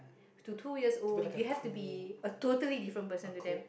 to two years old you have to be a totally different person to them